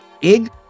big